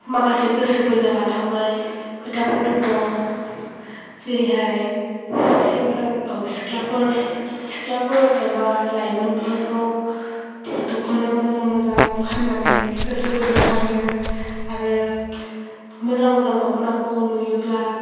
माखासे गोसो बोनो हाथावनाय खोथाफोर दङ जेरैहाय सेंग्रा सिख्लाफोर सिख्लाफोर एबा लाइमोनफोरखौ दख'ना मोजां मोजां फाननानै गोसो बोनो हायो आरो मोजां मोजां दख'नाखौ नुयोब्ला